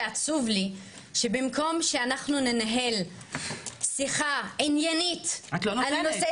שעצוב לי שבמקום שאנחנו ננהל שיחה עניינית --- את לא נותנת.